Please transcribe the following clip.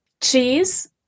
Cheese